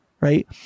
right